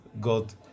God